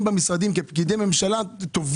במשרדים וכפקידי ממשלה הרצון שלכם הוא טוב